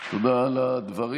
תודה על הדברים.